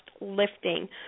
lifting